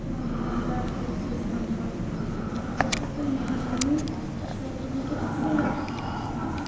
کانٛہہ دُکاندار تہِ یٔمِس أسۍ ہٮ۪مہٕ ہاو وۄنۍ کٔرۍ تو تُہۍ مہربٲنی أسۍ حظ دِمہٕ ہَو تۄہہِ اَصٕل پٲٹھۍ پَنٕنۍ پونٛسہٕ